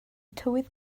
tywydd